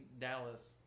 Dallas